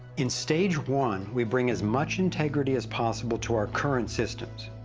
in stage one we bring as much integrity as possible to our current systems.